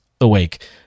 awake